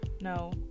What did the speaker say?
No